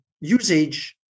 usage